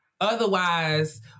Otherwise